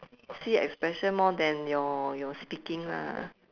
see expression more than your your speaking lah